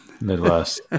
midwest